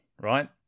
Right